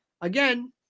Again